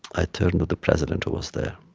i turned to the president, who was there,